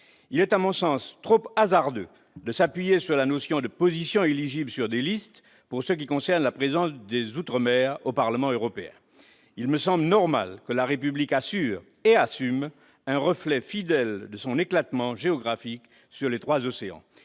effet, selon moi, trop hasardeux de s'appuyer sur la notion de position éligible sur une liste pour assurer la présence des outre-mer au Parlement européen. Il me semble normal que la République assure et assume un reflet fidèle de son éclatement géographique sur les trois océans.